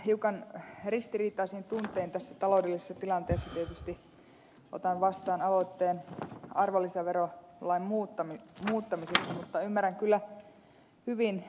hiukan ristiriitaisin tuntein tässä taloudellisessa tilanteessa tietysti otan vastaan aloitteen arvonlisäverolain muuttamisesta mutta ymmärrän kyllä hyvin ed